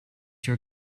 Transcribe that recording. your